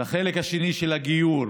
לחלק השני, של הגיור,